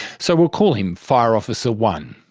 so we'll call him fire officer one.